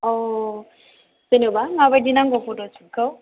औ जेनेबा माबायदि नांगौ फट'शुटखौ